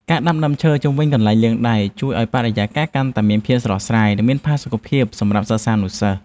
ការដាំដើមឈើជុំវិញកន្លែងលាងដៃជួយឱ្យបរិយាកាសកាន់តែមានភាពស្រស់ស្រាយ និងមានផាសុកភាពសម្រាប់សិស្សានុសិស្ស។